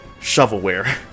shovelware